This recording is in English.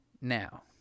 Now